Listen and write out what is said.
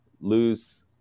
lose